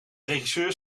regisseur